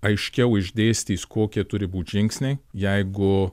aiškiau išdėstys kokie turi būt žingsniai jeigu